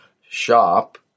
shop